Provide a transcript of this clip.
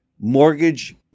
mortgage